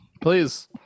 please